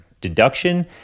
deduction